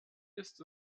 ist